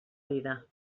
vida